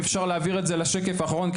אם אפשר להעביר לשקף האחרון,